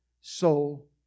soul